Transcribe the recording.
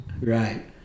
Right